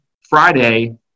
friday